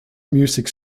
music